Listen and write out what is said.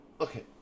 Okay